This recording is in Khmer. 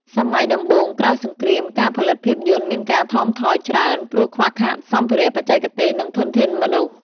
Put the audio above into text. សម័យដំបូងក្រោយសង្គ្រាម ការផលិតភាពយន្តមានការថមថយច្រើន ព្រោះខ្វះខាតសម្ភារៈ បច្ចេកទេស និងធនធានមនុស្ស។